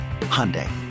Hyundai